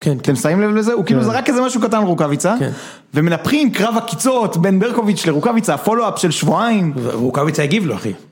כן, כן. אתם שמים לב לזה? הוא כאילו זרק איזה משהו קטן, רוקאביצה, כן. ומנפחים קרב עקיצות בין ברקוביץ' לרוקאביצה, הפולו-אפ של שבועיים. רוקאביצה הגיב לו, אחי.